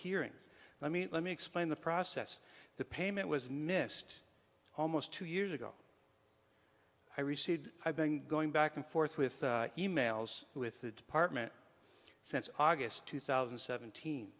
hearing let me let me explain the process the payment was missed almost two years ago i received i've been going back and forth with e mails with the department since august two thousand and seventeen